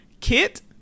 Kit